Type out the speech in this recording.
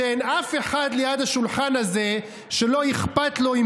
שאין אף אחד על יד השולחן הזה שזה לא אכפת לו אם